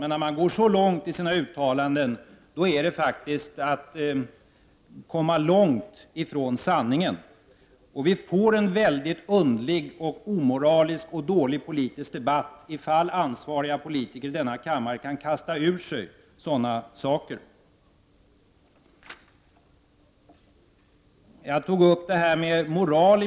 Men när man går så långt som Inger Schörling i sina uttalanden innebär det faktiskt att man kommer långt från sanningen. Vi får en underlig, omoralisk och dålig politisk debatt, om ansvariga politiker i denna kammare kan kasta ur sig sådana saker. I min inledning tog jag upp moral.